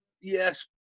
yes